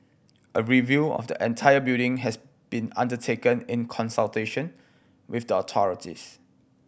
a review of the entire building has been undertaken in consultation with the authorities